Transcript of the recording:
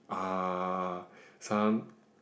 uh some